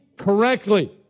correctly